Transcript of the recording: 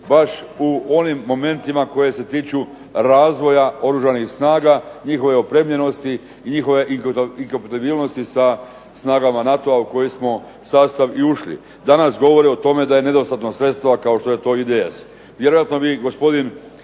baš u onim momentima koji se tiču razvoja Oružanih snaga, njihove opremljenosti i njihove inkompatibilnosti sa snagama NATO-a u koji smo sastav i ušli. Danas govore o tome da je nedostatna sredstva kao što je to IDS.